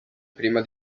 prima